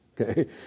Okay